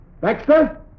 Baxter